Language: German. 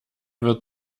wird